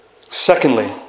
Secondly